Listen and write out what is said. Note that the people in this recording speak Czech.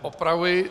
Opravuji.